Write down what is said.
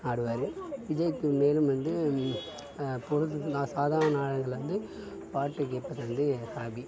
ஆடுவார் விஜய்க்கு மேலும் வந்து பொழுது நா சாதாரண நாள்கள்ல வந்து பாட்டு கேட்பது வந்து ஹாபி